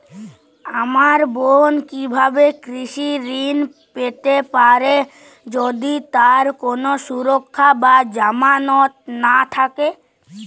আমার বোন কীভাবে কৃষি ঋণ পেতে পারে যদি তার কোনো সুরক্ষা বা জামানত না থাকে?